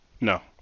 No